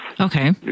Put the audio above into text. Okay